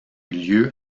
lieu